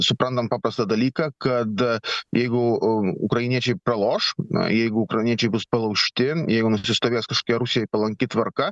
suprantam paprastą dalyką kad jeigu ukrainiečiai praloš jeigu ukrainiečiai bus palaužti jeigu nusistovės kažkokia rusijai palanki tvarka